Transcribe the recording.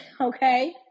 Okay